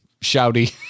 shouty